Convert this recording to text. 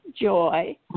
joy